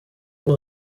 ubu